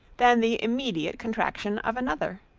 than the immediate contraction of another.